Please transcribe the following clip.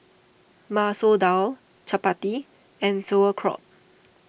Masoor Dal Chapati and Sauerkraut